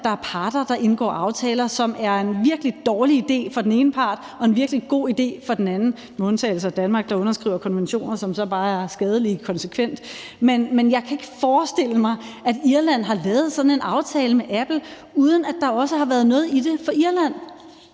at der er parter, der indgår aftaler, som er en virkelig dårlig idé for den ene part og en virkelig god idé for den anden – med undtagelse af Danmark, der underskriver konventioner, som så bare konsekvent er skadelige. Men jeg kan ikke forestille mig, at Irland har lavet sådan en aftale med Apple, uden at der også har været noget i det for Irland,